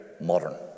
modern